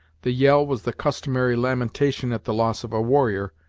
the yell was the customary lamentation at the loss of a warrior,